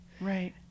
Right